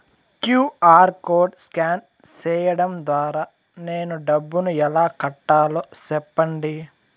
QR code scan సేయడం ద్వారా నేను డబ్బును ఎలా కట్టాలో సెప్పండి?